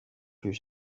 plus